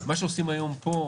מה שעושים היום פה,